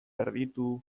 erditu